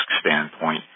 standpoint